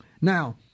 now